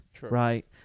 Right